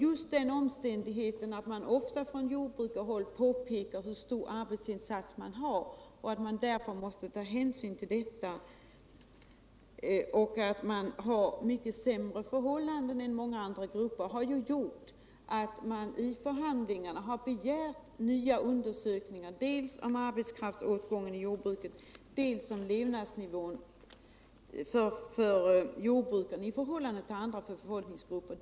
Just den omständigheten att man från jordbrukarhåll ofta pekar på hur stor arbetsinsats man gör och menar att det måste tas hänsyn till den, liksom till att man har mycket sämre förhållanden än många andra grupper, har gjort att det i förhandlingarna har begärts nya undersökningar dels om arbetskraftsåtgången i jordbruket, dels om levnadsnivån för jordbrukarna i förhållande till andra betfolkningsgrupper.